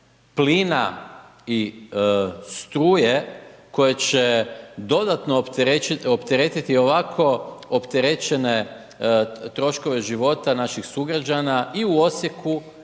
plina i struje koje će dodatno opteretiti ovako opterećene troškove života naših sugrađana i u Osijeku